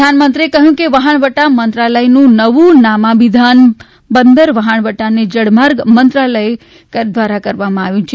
પ્રધાનમંત્રીએ કહ્યું કે વહાણવટા મંત્રાલયનું નવું નામાભિધાન બંદર વહાણવટા અને જળમાર્ગ મંત્રાલય કરવામાં આવ્યું છે